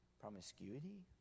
promiscuity